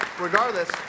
Regardless